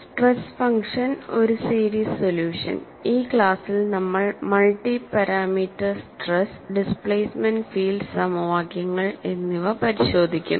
stress function ഒരു series solution ഈ ക്ലാസ്സിൽ നമ്മൾ multi parameter stress displacement field സമവാക്യങ്ങൾ എന്നിവ പരിശോധിക്കും